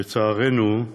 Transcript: לצערנו,